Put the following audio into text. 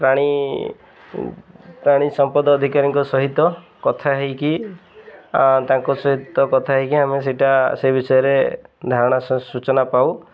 ପ୍ରାଣୀ ପ୍ରାଣୀ ସମ୍ପଦ ଅଧିକାରୀଙ୍କ ସହିତ କଥା ହେଇକି ତାଙ୍କ ସହିତ କଥା ହେଇକି ଆମେ ସେଇଟା ସେ ବିଷୟରେ ଧାରଣା ସ ସୂଚନା ପାଉ